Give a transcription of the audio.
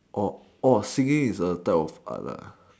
singing is a type of art